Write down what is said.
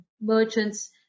merchants